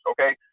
Okay